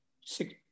six